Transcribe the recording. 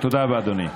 תודה רבה, אדוני.